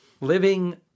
living